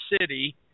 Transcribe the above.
city